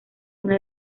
una